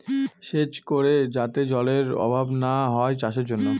সেচ করে যাতে জলেরর অভাব না হয় চাষের জন্য